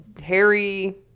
Harry